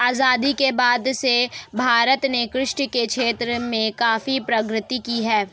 आजादी के बाद से भारत ने कृषि के क्षेत्र में काफी प्रगति की है